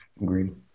agreed